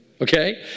Okay